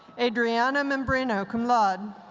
adriana membreno, cum laude.